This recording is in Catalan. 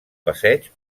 passeig